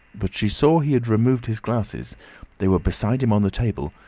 but she saw he had removed his glasses they were beside him on the table,